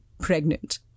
pregnant